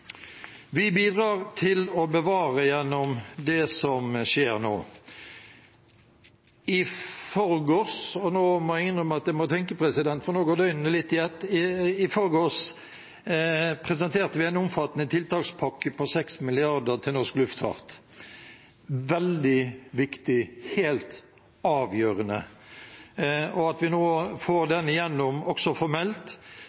Vi bidrar til å bevare gjennom det som skjer nå. I forgårs – og nå må jeg innrømme at jeg må tenke, for nå går døgnene litt i ett – presenterte vi en omfattende tiltakspakke på 6 mrd. kr til norsk luftfart. Det er veldig viktig, helt avgjørende, også det at vi nå får